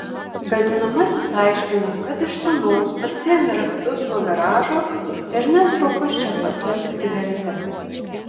kaltinamasis aiškino kad iš sūnaus pasiėmė raktus nuo garažo ir netrukus čia paslėpė cigaretes